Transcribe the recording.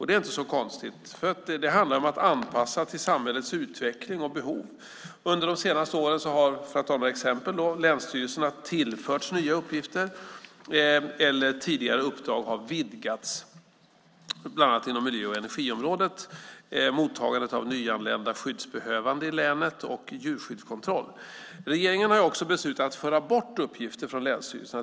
Det är inte så konstigt, för det handlar om att anpassa sig till samhällets utveckling och behov. Under de senaste åren har, för att ta några exempel, länsstyrelserna tillförts nya uppgifter eller tidigare uppdrag har vidgats, bland annat inom miljö och energiområdet, mottagandet av nyanlända skyddsbehövande i länet och djurskyddskontroll. Regeringen har också beslutat att föra bort uppgifter från länsstyrelserna.